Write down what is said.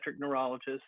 neurologist